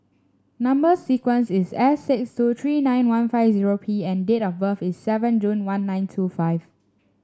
number sequence is S six two three nine one five zero P and date of birth is seven June one nine two five